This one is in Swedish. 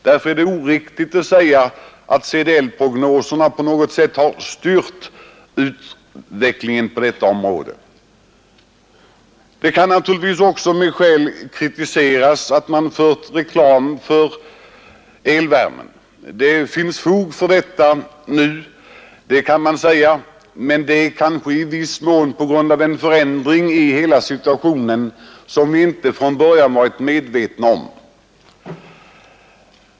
Därför är det oriktigt att säga att CDL-prognoserna har styrt utvecklingen på detta område. Man kan naturligtvis också med fog kritisera att det gjorts reklam för eluppvärmning. Men den kritikens berättigande beror kanske i viss mån på att situationen blivit en helt annan än den man räknat med.